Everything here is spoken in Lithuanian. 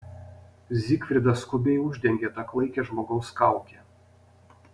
zigfridas skubiai uždengė tą klaikią žmogaus kaukę